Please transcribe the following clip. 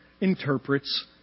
interprets